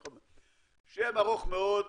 שם ארוך מאוד.